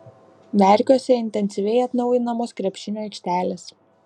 verkiuose intensyviai atnaujinamos krepšinio aikštelės